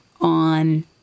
on